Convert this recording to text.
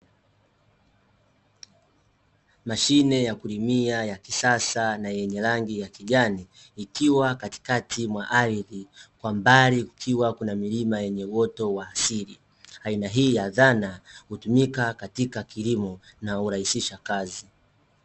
Mashine ya kulimia ya kisasa na yenye rangi ya kijani, ikiwa katikati mwa ardhi, kwa mbali kukiwa kuna milima yenye uoto wa asili. Aina hii ya dhana, hutumika katika kilimo, na hurahisisha kazi.